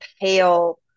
pale